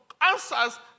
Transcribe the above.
answers